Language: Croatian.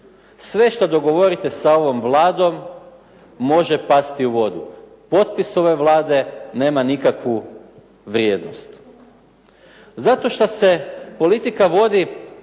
Sve što dogovorite sa ovom Vladom može pasti u vodu. Potpis ove Vlade nema nikakvu vrijednost. Zato što se politika vodi,